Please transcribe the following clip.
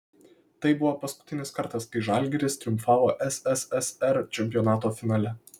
tai buvo paskutinis kartas kai žalgiris triumfavo sssr čempionato finale